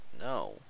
No